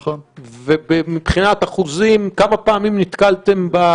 ומבחינת אחוזים כמה פעמים נתקלתם בזה?